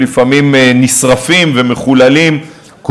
לפעמים נשרפים ומחוללים,